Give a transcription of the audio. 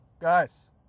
guys